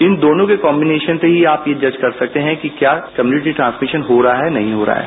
इन दोनों के काम्बीनेशन से ही आप ये जज कर सकते हैं कि क्या कम्यूनिटी ट्रांसमिशन हो रहा है नहीं हो रहा है